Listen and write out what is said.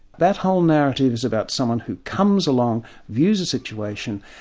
that whole narrative is about someone who comes along, views a situation,